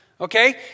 okay